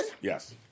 Yes